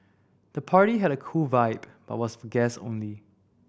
the party had a cool vibe but was for guests only